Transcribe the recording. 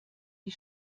wie